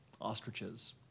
ostriches